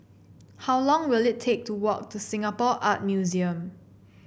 how long will it take to walk to Singapore Art Museum